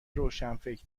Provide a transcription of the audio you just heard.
روشنفکر